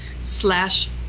slash